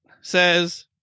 says